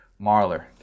Marler